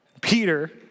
Peter